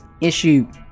issue